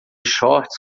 shorts